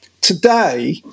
Today